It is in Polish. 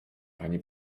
pani